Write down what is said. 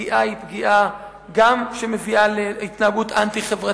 הפגיעה היא גם פגיעה שמביאה להתנהגות אנטי-חברתית,